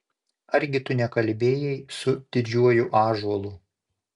argi tu nekalbėjai su didžiuoju ąžuolu